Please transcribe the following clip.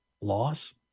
loss